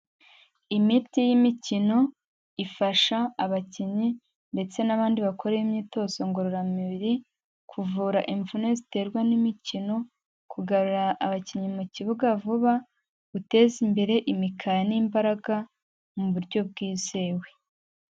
Imiti y'imikino ifasha abakinnyi ndetse n'abandi bakora imyitozo ngororamubiri kuvura imvune ziterwa n'imikino, kugarura abakinnyi mu kibuga vuba, guteza imbere imikaya n'imbaraga mu buryo bwizewe.